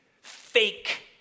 fake